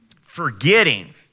Forgetting